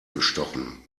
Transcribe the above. bestochen